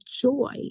joy